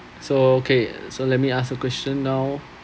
so okay so let me ask a question now